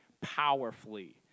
powerfully